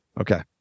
Okay